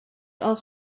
aus